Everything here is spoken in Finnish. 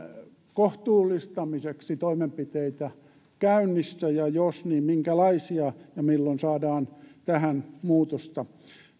kohtuullistamiseksi toimenpiteitä käynnissä ja jos on minkälaisia milloin saadaan tähän muutosta